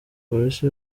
polisi